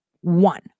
One